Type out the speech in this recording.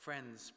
Friends